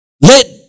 Let